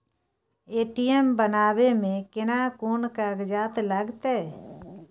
ATM बनाबै मे केना कोन कागजात लागतै?